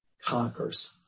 conquers